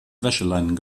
wäscheleinen